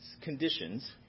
conditions